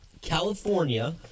California